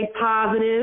positive